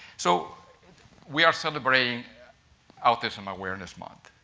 so we are celebrate ing autism awareness month.